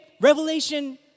Revelation